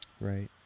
right